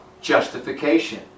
justification